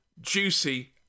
juicy